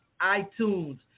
iTunes